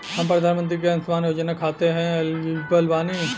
हम प्रधानमंत्री के अंशुमान योजना खाते हैं एलिजिबल बनी?